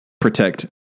protect